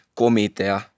komitea